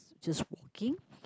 just walking